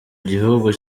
gihugu